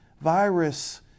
virus